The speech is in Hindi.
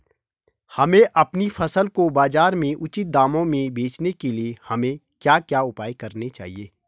हमें अपनी फसल को बाज़ार में उचित दामों में बेचने के लिए हमें क्या क्या उपाय करने चाहिए?